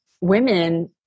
women